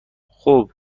خوب